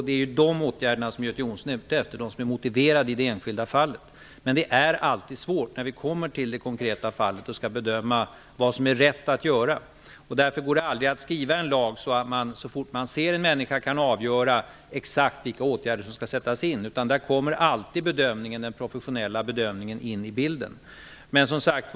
Det är ju de åtgärderna som Göte Jonsson är ute efter -- de som är motiverade i det enskilda fallet. Men det är alltid svårt när man har ett konkret fall och skall bedöma vad som är rätt att göra. Därför går det aldrig att skriva en lag som innebär att man, så fort man ser en människa, kan avgöra exakt vilka åtgärder som skall sättas in. Den professionella bedömningen kommer alltid in i bilden.